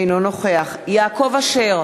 אינו נוכח יעקב אשר,